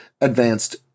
Advanced